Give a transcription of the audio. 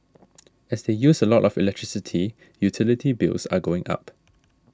as they use a lot of electricity utility bills are going up